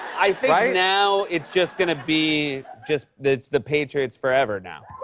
i think now it's just going to be just the it's the patriots forever now.